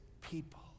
people